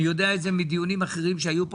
ואני יודע את זה מדיונים אחרים שהיו פה